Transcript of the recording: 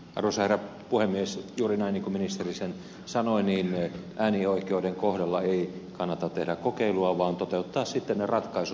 juuri näin niin kuin ministeri sen sanoi äänioikeuden kohdalla ei kannata tehdä kokeilua vaan toteuttaa sitten ne ratkaisut mihin päädytään